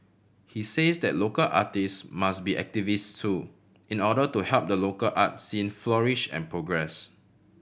he says that local artist must be activists so in order to help the local art scene flourish and progress